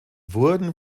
wurden